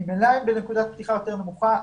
ממילא הם בנקודת פתיחה יותר נמוכה,